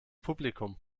publikum